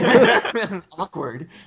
Awkward